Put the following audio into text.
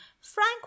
frank